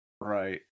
Right